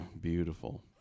beautiful